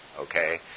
okay